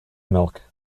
milk